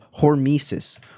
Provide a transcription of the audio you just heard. hormesis